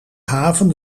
haven